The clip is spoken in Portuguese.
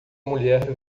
mulher